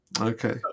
Okay